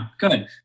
Good